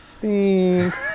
Thanks